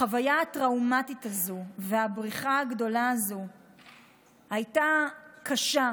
החוויה הטראומטית הזאת והבריחה הגדולה הזאת היו קשות,